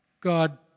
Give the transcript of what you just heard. God